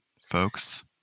folks